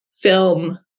film